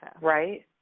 Right